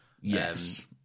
Yes